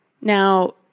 Now